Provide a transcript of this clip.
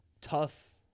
tough